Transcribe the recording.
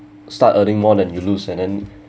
start earning more than you lose and then